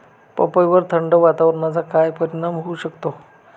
पपईवर थंड वातावरणाचा काय परिणाम होऊ शकतो?